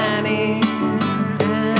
Annie